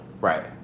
Right